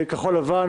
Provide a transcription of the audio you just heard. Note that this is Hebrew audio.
כחול לבן,